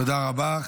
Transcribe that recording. תודה רבה.